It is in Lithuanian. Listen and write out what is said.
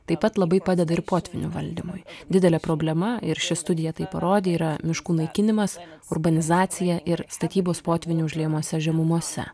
taip pat labai padeda ir potvynių valdymui didelė problema ir ši studija tai parodė yra miškų naikinimas urbanizacija ir statybos potvynių užliejamose žemumose